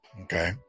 Okay